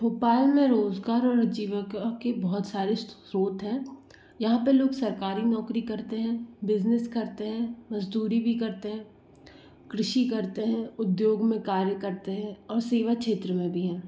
भोपाल में रोज़गार और आजीविका के बहुत सारे स्त्रोत है यहाँ पर लोग सरकारी नौकरी करते है बिज़नेस करते हैं मजदूरी भी करते हैं कृषि करते हैं उद्योग में कार्य करते हैं और सेवा क्षेत्र में भी हैं